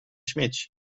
śmieci